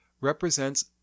represents